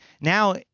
now